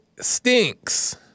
Stinks